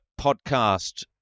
podcast